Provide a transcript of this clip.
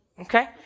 Okay